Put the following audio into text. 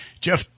Jeff